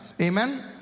Amen